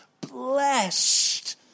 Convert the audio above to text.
blessed